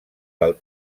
del